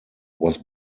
was